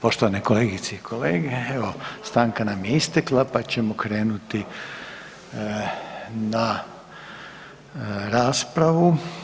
Poštovane kolegice i kolege, evo stanka nam je istekla, pa ćemo krenuti na raspravu.